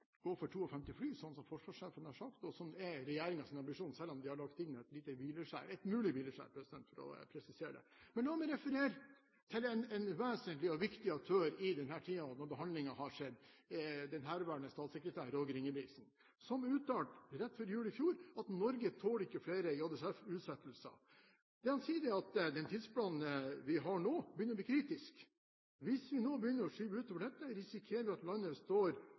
gå for 52 fly, slik som forsvarssjefen har sagt, og som er regjeringens ambisjon, selv om de har lagt inn et lite hvileskjær – et mulig hvileskjær, for å presisere det. La meg referere til en vesentlig og viktig aktør i denne tida og når behandlingen har skjedd, den herværende statssekretær Roger Ingebrigtsen. Han uttalte rett før jul i fjor at Norge ikke tåler flere jagerflyutsettelser. Han sier: «Den tidsplanen vi har nå begynner å bli kritisk. Hvis vi nå begynner å skyve ut over det, risikerer vi at landet står